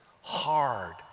Hard